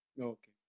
okay